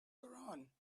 koran